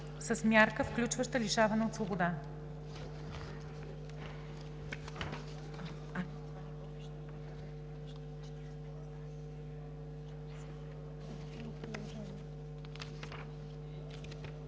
„с мярка, включваща лишаване от свобода“.